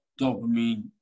dopamine